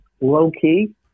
low-key